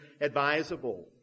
advisable